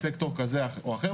הוא לא כלל רק סקטור כזה או אחר,